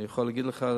אני יכול להגיד לך,